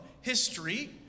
history